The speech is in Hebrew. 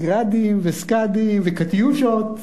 "גראדים", "סקאדים" ו"קטיושות".